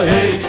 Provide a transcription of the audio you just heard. Hey